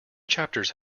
chapters